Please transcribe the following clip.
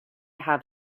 have